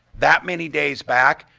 that many days back,